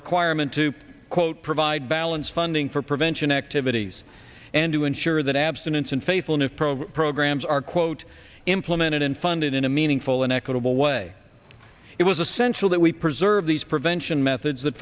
requirement to quote provide balance funding for prevention activities and to ensure that abstinence and faithfulness program programs are quote implemented in funded in a meaningful and equitable way it was essential that we preserve these prevention methods that